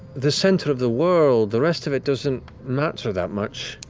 the center of the world, the rest of it doesn't matter that much.